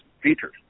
features